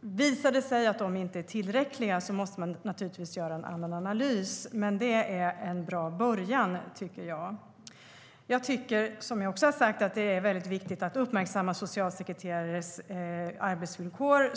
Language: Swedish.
Visar det sig att de inte är tillräckliga måste man naturligtvis göra en annan analys, men jag tycker att det är en bra början. Jag tycker, vilket jag också har sagt, att det är viktigt att uppmärksamma socialsekreterares arbetsvillkor.